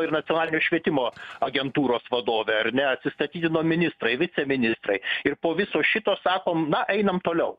ir nacionalinio švietimo agentūros vadovė ar ne atsistatydino ministrai viceministrai ir po viso šito sakom na einam toliau